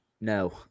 No